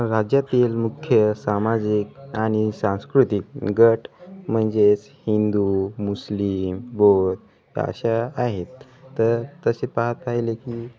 राज्यातील मुख्य सामाजिक आणि सांस्कृतिक गट म्हणजेच हिंदू मुस्लिम बौद्ध या अशा आहेत तर तसे पाहत पाहिले की